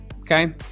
Okay